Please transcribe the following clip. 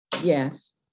Yes